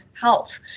health